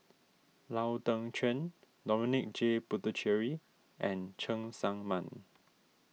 Lau Teng Chuan Dominic J Puthucheary and Cheng Tsang Man